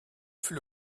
fut